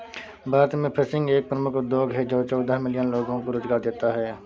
भारत में फिशिंग एक प्रमुख उद्योग है जो चौदह मिलियन लोगों को रोजगार देता है